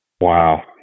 Wow